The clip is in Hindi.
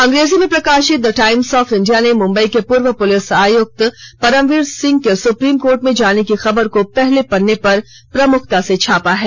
अंग्रेजी में प्रकाशित द टाईम्स ऑफ इंडिया ने मुंबई के पूर्व पुलिस आयुक्त परमवीर सिंह के सुप्रीम कोर्ट में जाने की खबर को पहले पन्ने पर प्रमुखता से छापा है